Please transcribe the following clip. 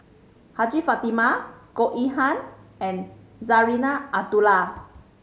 Hajjah Fatimah Goh Yihan and Zarinah Abdullah